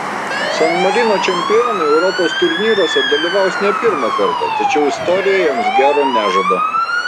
san marino čempionai europos turnyruose dalyvaus ne pirmą kartą tačiau istorija jiems gero nežada